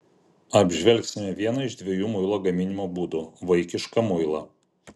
apžvelgsime vieną iš dviejų muilo gaminimo būdų vaikišką muilą